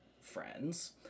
friends